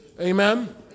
Amen